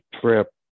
trip